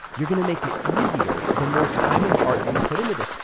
you're going to make it easier, the more time and heart you put into this.